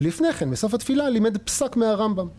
לפני כן, בסוף התפילה, לימד פסק מהרמב״ם.